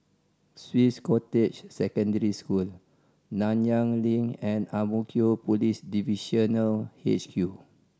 Swiss Cottage Secondary School Nanyang Link and Ang Mo Kio Police Divisional H Q